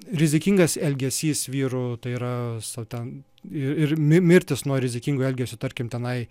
rizikingas elgesys vyrų tai yra su ten ir ir mir mirtys nuo rizikingo elgesio tarkim tenai